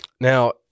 Now